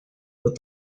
with